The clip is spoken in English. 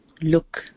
look